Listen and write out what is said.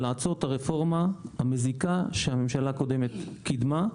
לעצור את הרפורמה המזיקה שהממשלה הקודמת קידמה,